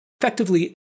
effectively